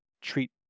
treat